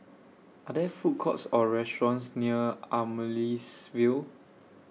Are There Food Courts Or restaurants near Amaryllis Ville